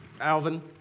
Alvin